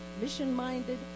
mission-minded